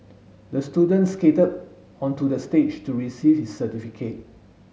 the student skated onto the stage to receive his certificate